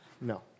no